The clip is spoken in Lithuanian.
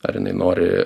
ar jinai nori